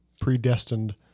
predestined